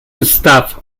staff